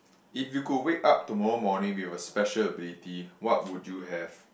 if you could wake up tomorrow morning with a special ability what would you have